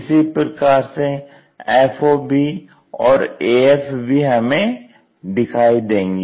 इसी प्रकार से fo भी और af भी हमें दिखाई देगी